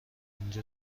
اینجا